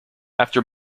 after